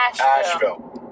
Asheville